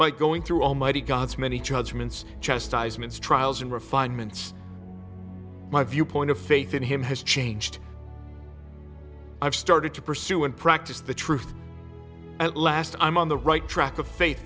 by going through almighty god's many judgments just as men's trials and refinements my viewpoint of faith in him has changed i've started to pursue and practice the truth at last i'm on the right track of faith